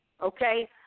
okay